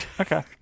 Okay